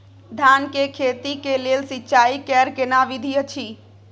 धान के खेती के लेल सिंचाई कैर केना विधी अछि?